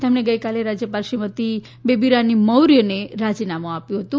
તેમણે ગઇકાલે રાજ્યપાલ શ્રીમતી બેબીરાની મૌર્યને રાજીનામું આપ્યું હતું